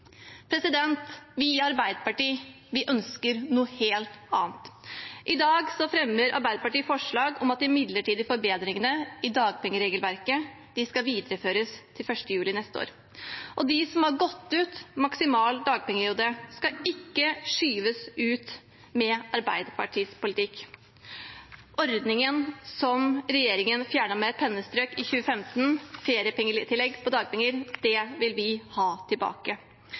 Vi i Arbeiderpartiet ønsker noe helt annet. I dag fremmer Arbeiderpartiet forslag om at de midlertidige forbedringene i dagpengeregelverket skal videreføres til 1. juli neste år. Og de som har gått ut maksimal dagpengeperiode, skal ikke skyves ut med Arbeiderpartiets politikk. Ordningen som regjeringen fjernet med et pennestrøk i 2015, feriepengetillegg på dagpenger, vil vi ha tilbake.